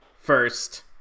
first